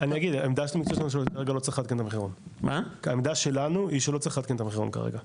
העמדה שלנו היא שלא צריך לעדכן את המחירון כרגע.